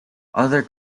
other